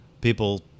people